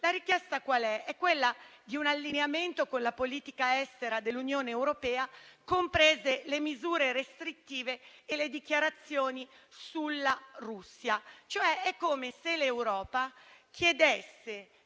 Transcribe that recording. la richiesta? Un allineamento con la politica estera dell'Unione europea, comprese le misure restrittive e le dichiarazioni sulla Russia. È come se l'Europa chiedesse